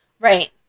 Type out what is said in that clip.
Right